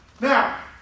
Now